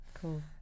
cool